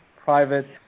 private